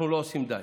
אנחנו לא עושים די.